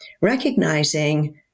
recognizing